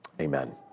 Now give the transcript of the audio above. Amen